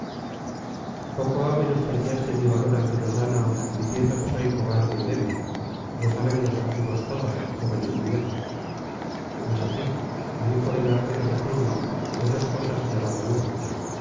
poco ha menospreciaste mi valor ante los dáñaos diciendo que soy cobarde y débil lo saben los argivos todos jóvenes y viejos mas á ti el hijo del artero saturno de dos cosas te ha dado una